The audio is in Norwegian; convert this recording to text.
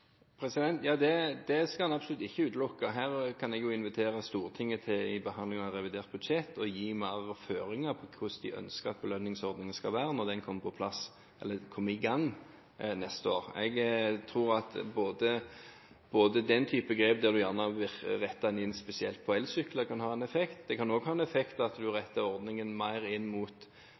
Ja, det skal en absolutt ikke utelukke. Her kan jeg jo invitere Stortinget til i behandlingen av revidert budsjett å gi mer føringer på hvordan de ønsker at belønningsordningen skal være når den kommer i gang neste år. Jeg tror at den type grep som gjerne rettes inn spesielt på elsykler, kan ha en effekt. Det kan også ha en effekt at en retter ordningen mer inn mot